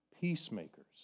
peacemakers